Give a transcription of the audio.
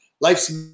Life's